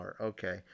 Okay